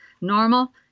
Normal